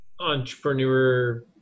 entrepreneur